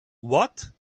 what